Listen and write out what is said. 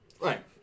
Right